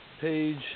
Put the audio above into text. page